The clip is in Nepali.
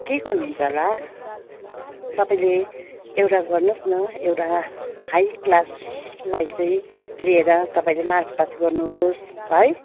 के गर्नु हुन्छ होला तपाईँले एउटा गर्नु होस् न एउटा हाई क्लासलाई चाहिँ लिएर तपाईँले मार्च पास्ट गर्नु होस् है